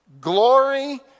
glory